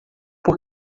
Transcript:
por